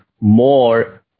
more